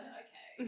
okay